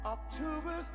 October